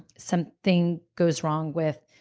something goes wrong with